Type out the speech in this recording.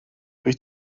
wyt